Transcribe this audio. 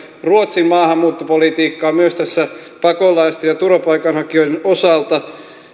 ruotsin maahanmuuttopolitiikkaa myös pakolaisten ja turvapaikanhakijoiden osalta